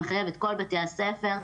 הוא מחייב את כל בתי הספר,